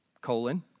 colon